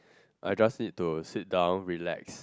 I just need to sit down relax